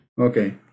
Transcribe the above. Okay